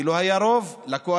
כי לא היה רוב לקואליציה.